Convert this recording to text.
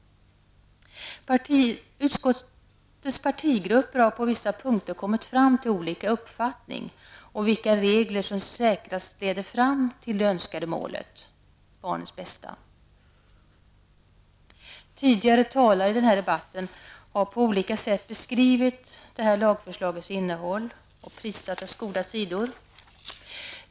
Partigrupperna har i utskottet på vissa punkter kommit fram till olika uppfattning om vilka regler som säkrast leder fram till det önskade målet: barnets bästa. Tidigare talare i den här debatten har på olika sätt beskrivit det aktuella lagförslagets innehåll och prisat dess goda sidor.